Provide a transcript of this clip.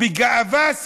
בגאווה,